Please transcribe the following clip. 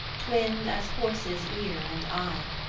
twinned as horse's ear and eye.